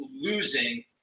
losing